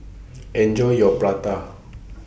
Enjoy your Prata